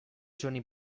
giorni